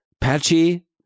patchy